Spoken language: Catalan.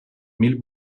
mil